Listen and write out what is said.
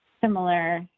similar